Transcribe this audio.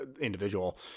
individual